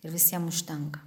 ir visiem užtenka